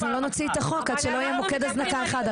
אנחנו לא נוציא את החוק עד שלא יהיה מקוד הזנקה אחד.